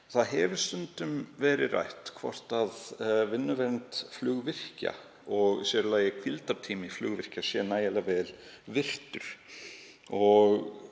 það hefur stundum verið rætt hvort vinnuvernd flugvirkja, og sér í lagi hvíldartími flugvirkja, sé nægilega vel virt.